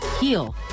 heal